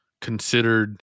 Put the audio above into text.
considered